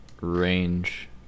range